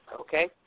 Okay